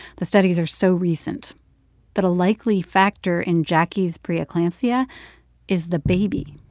the studies are so recent that a likely factor in jacquie's pre-eclampsia is the baby.